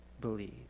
believe